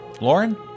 Lauren